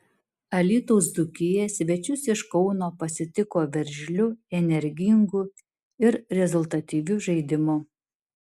alytaus dzūkija svečius iš kauno pasitiko veržliu energingu ir rezultatyviu žaidimu